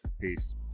Peace